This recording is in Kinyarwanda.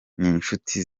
n’inshuti